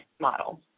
model